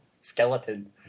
skeleton